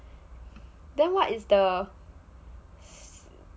then what is the